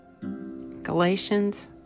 Galatians